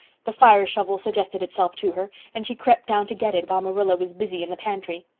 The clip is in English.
the fire shovel suggested itself to her and she crept down to get it while marilla was busy in the pantry.